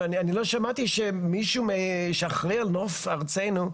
לא שמעתי שמישהו שאחראי על נוף ארצנו,